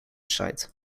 site